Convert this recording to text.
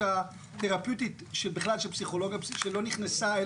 התרפויטית בכלל של פסיכולוגיה שלא נכנסה,